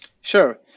Sure